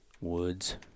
woods